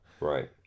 right